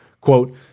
Quote